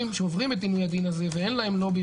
שעוברים את עינוי הדין הזה ואין להם לובי,